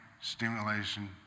stimulation